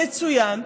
מצוין.